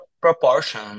proportion